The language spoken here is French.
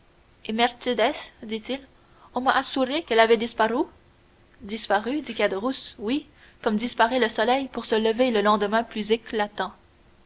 dit-il on m'a assuré qu'elle avait disparu disparu dit caderousse oui comme disparaît le soleil pour se lever le lendemain plus éclatant